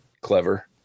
clever